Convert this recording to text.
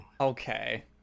Okay